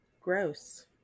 Gross